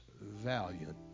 valiant